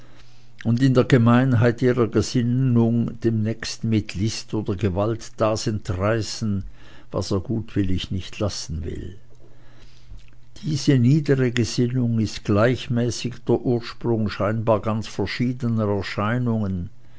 und in der gemeinheit ihrer gesinnung dem nächsten mit list oder gewalt das entreißen was er gutwillig nicht lassen will diese niedere gesinnung ist gleichmäßig der ursprung scheinbar ganz verschiedener erscheinungen